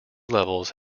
levels